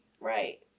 Right